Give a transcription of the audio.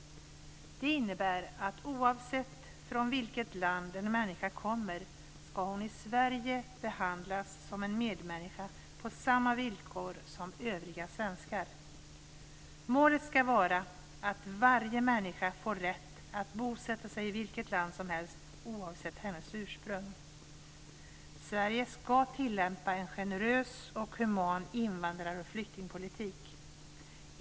Det innebär att oavsett från vilket land en människa kommer ska hon i Sverige behandlas som en medmänniska på samma villkor som övriga svenskar. Målet ska vara att varje människa får rätt att bosätta sig i vilket land som helst oavsett hennes ursprung. Sverige ska tillämpa en generös och human invandrar och flyktingpolitik.